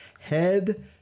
head